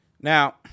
Now